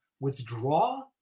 withdraw